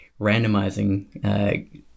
randomizing